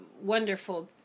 wonderful